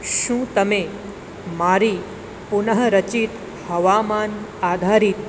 શું તમે મારી પુનઃરચિત હવામાન આધારિત